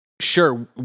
Sure